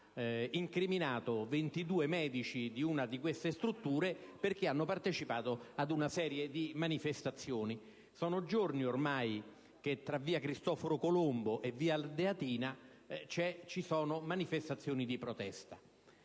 incriminato 22 medici di una di queste strutture perché hanno partecipato a una serie di manifestazioni. Sono giorni ormai che tra via Cristoforo Colombo e via Ardeatina ci sono manifestazioni di protesta.